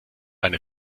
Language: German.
eine